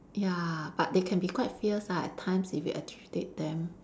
ya but they can be quite fierce ah at times if you agitate them